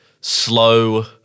slow